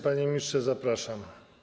Panie ministrze, zapraszam.